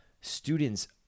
students